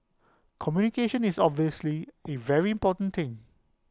communication is obviously A very important thing